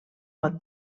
pot